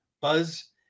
Buzz